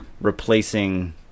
replacing